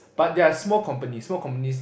but there are small companies small companies